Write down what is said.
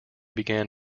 began